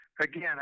again